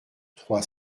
trois